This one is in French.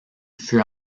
fut